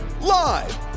Live